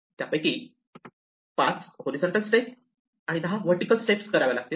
त्यापैकी 5 horizontal step आणि 10 vertical step कराव्या लागतील